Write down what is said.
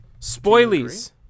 spoilies